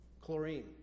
chlorine